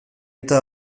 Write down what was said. eta